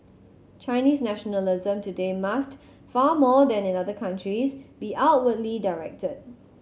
Chinese nationalism today must far more than in other countries be outwardly directed